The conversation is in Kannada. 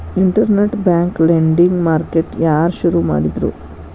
ಇನ್ಟರ್ನೆಟ್ ಬ್ಯಾಂಕ್ ಲೆಂಡಿಂಗ್ ಮಾರ್ಕೆಟ್ ಯಾರ್ ಶುರು ಮಾಡಿದ್ರು?